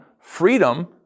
freedom